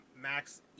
max